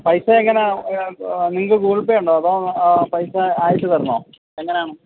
പൈസ എങ്ങനെയാണ് നിങ്ങള്ക്ക് ഗൂഗിള് പേ ഉണ്ടോ അതോ പൈസ ആയിട്ട് തരണോ എങ്ങനെയാണ്